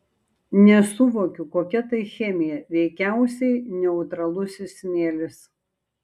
nesuvokiu kokia tai chemija veikiausiai neutralusis smėlis